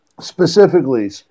specifically